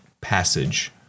passage